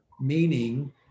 Meaning